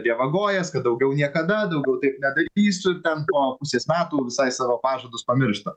dievagojas kad daugiau niekada daugiau taip nedarysiu ten po pusės metų visai savo pažadus pamiršta